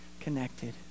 connected